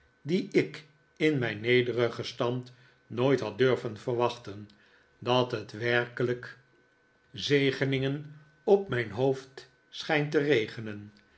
die ik in mijn nederigen stand nooit had durven verwachten dat het werkelijk zegeningen op mijn hoofd schijnt te regenen